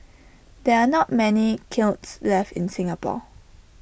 there are not many kilns left in Singapore